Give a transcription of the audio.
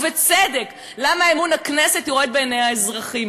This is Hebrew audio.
ובצדק: למה אמון הכנסת יורד בעיני האזרחים?